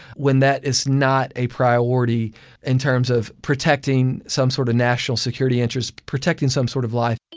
when that is not a priority in terms of protecting some sort of national security interests, protecting some sort of life,